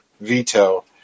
veto